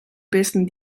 bisten